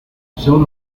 son